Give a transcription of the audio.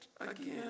again